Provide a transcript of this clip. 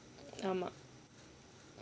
ஆமா:aamaa